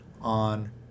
on